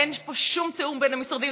אין פה שום תיאום בין המשרדים.